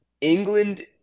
England